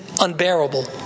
unbearable